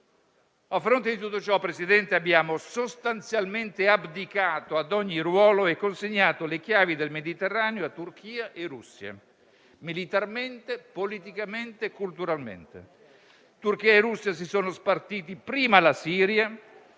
A fronte di tutto ciò, abbiamo sostanzialmente abdicato ad ogni ruolo e consegnato le chiavi del Mediterraneo a Turchia e Russia, militarmente, politicamente e culturalmente. Turchia e Russia si sono spartite prima la Siria.